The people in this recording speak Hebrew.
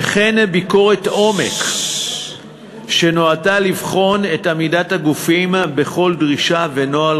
וכן ביקורת עומק שנועדה לבחון את עמידת הגופים בכל דרישה ונוהל